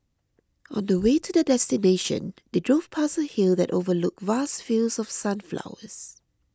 on the way to their destination they drove past a hill that overlooked vast fields of sunflowers